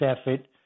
effort